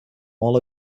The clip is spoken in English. all